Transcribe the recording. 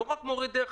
לא רק מורי דרך,